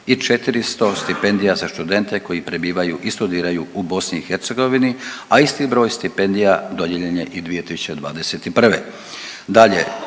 i 400 stipendija za študente koji prebivaju i studiraju u BiH, a isti broj stipendija dodijeljen je i 2021.